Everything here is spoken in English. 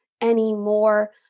anymore